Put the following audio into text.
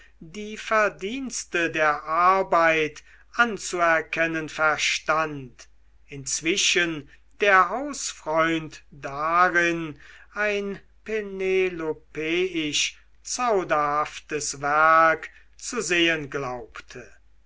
die verdienste der arbeit anzuerkennen verstand inzwischen der hausfreund darin ein penelopeisch zauderhaftes werk zu sehen glaubte